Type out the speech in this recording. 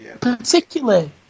Particularly